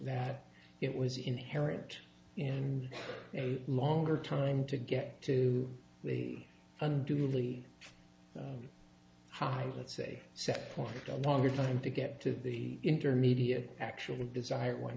that it was inherent in a longer time to get to the unduly high let's say set for a longer time to get to the intermediate actual desired one